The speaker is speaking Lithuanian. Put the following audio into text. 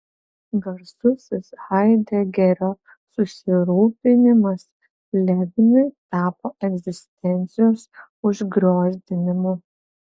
garsusis haidegerio susirūpinimas levinui tapo egzistencijos užgriozdinimu